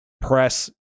press